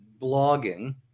blogging